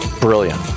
Brilliant